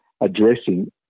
addressing